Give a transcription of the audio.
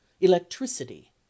electricity